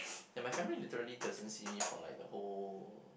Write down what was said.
and my family literally doesn't see me for like the whole